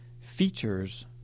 features